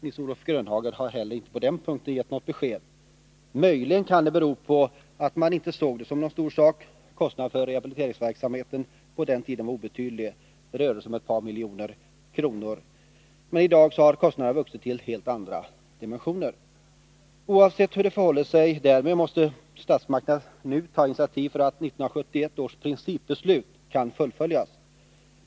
Möjligen kan det bero på att den socialdemokratiska regeringen då inte ansåg att det var någon stor sak. Nils-Olof Grönhagen har inte heller på den här punkten gett något besked. Kostnaderna för rehabiliteringsverksamheten var på den tiden obetydliga. Det rörde sig om ett par miljoner kronor. I dag har kostnaderna vuxit till helt andra dimensioner. Oavsett hur det förhåller sig därmed måste statsmakterna nu ta initiativ, så att 1971 års principbeslut skall kunna fullföljas.